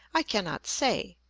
i cannot say,